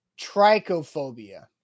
trichophobia